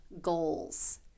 goals